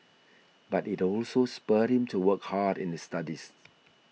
but it also spurred him to work hard in the studies